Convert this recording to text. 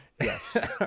yes